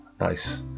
Nice